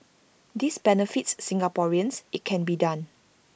this benefits Singaporeans IT can be done